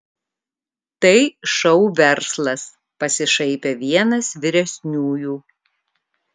tai šou verslas pasišaipė vienas vyresniųjų